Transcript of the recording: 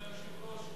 אדוני היושב-ראש,